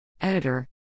Editor